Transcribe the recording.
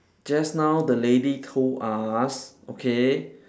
just now the lady told us okay